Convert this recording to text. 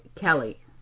Kelly